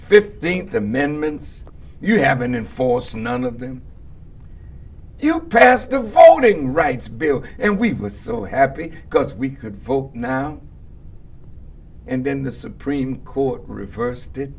fifteenth amendments you have been in force none of them you know passed the voting rights bill and we were so happy because we could vote now and then the supreme court reversed it